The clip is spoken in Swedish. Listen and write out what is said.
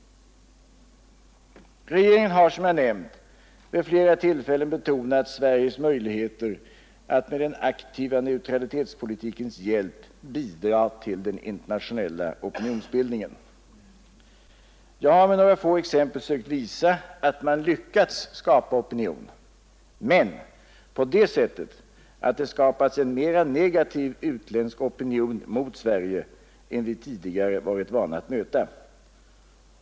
Regeringen har som jag nämnt vid flera tillfällen betonat Sveriges möjligheter att med den aktiva neutralitetspolitikens hjälp ”bidra till den internationella opinionsbildningen”. Jag har med några få exempel sökt visa att man lyckats skapa opinion — men på det sättet att det skapats en mera negativ utländsk opinion mot Sverige än vi tidigare varit vana att möta.